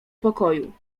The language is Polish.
pokoju